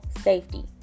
safety